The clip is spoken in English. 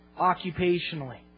occupationally